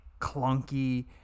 clunky